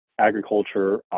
agriculture